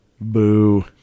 Boo